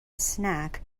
snack